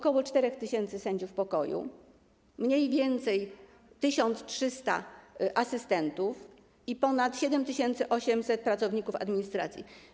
Ok. 4 tys. sędziów pokoju, mniej więcej 1300 asystentów i ponad 7800 pracowników administracji.